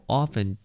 often